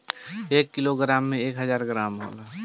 एक किलोग्राम में एक हजार ग्राम होला